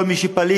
כל מי שפליט,